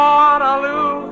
Waterloo